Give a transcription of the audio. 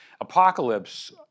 Apocalypse